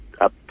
up